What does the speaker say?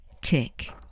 tick